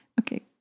Okay